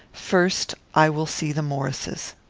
first, i will see the maurices.